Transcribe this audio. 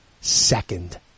second